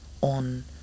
on